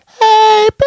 Hey